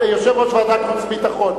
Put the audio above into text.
יושב-ראש ועדת החוץ והביטחון,